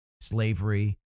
slavery